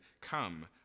come